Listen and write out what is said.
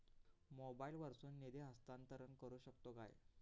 मोबाईला वर्सून निधी हस्तांतरण करू शकतो काय?